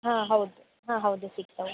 ಹಾಂ ಹೌದು ಹಾಂ ಹೌದು ಸಿಗ್ತವೆ